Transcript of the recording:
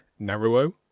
Naruo